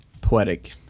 poetic